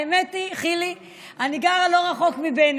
האמת היא, חילי, אני גרה לא רחוק מבני.